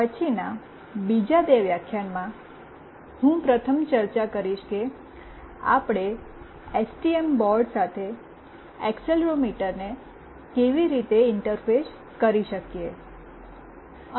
પછીના બીજા બે વ્યાખ્યાનમાં હું પ્રથમ ચર્ચા કરીશ કે આપણે એસટીએમ બોર્ડ સાથે એક્સેલરોમીટરને કેવી રીતે ઇન્ટરફેસ કરી શકીએ